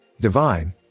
Divine